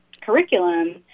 curriculum